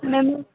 మేము